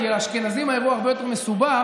כי אצל האשכנזים האירוע הרבה יותר מסובך.